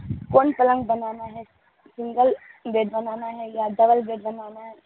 کون پلنگ بنانا ہے سنگل بیڈ بنانا ہے یا ڈبل بیڈ بنانا ہے